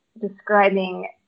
describing